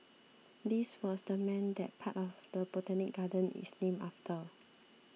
this was the man that part of the Botanic Gardens is named after